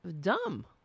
dumb